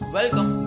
Welcome